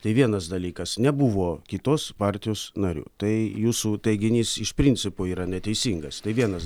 tai vienas dalykas nebuvo kitos partijos narių tai jūsų teiginys iš principo yra neteisingas tai vienas